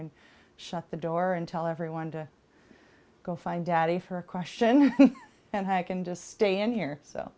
and shut the door and tell everyone to go find daddy for a question and i can just stay in here so